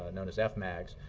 and known as fmags,